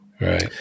Right